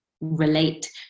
relate